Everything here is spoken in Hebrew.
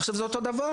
עכשיו, זה אותו דבר.